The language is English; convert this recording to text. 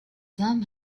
some